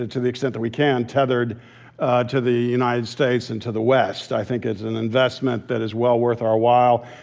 to to the extent that we can, tethered ah to the united states and to the west. i think it's an investment that is well worth our while,